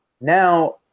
now